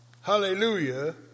hallelujah